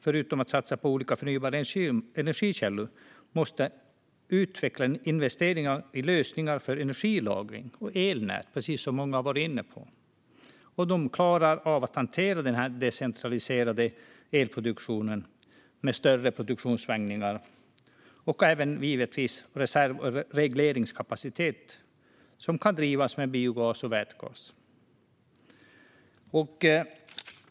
Förutom att satsa på olika förnybara energikällor måste det investeras i lösningar för energilagring och elnät, precis som många redan har varit inne på. De klarar att hantera den decentraliserade elproduktionen med större produktionssvängningar. Det gäller även regleringskapacitet, som kan drivas med hjälp av biogas och vätgas.